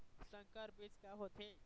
संकर बीज का होथे?